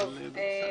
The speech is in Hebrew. בבקשה.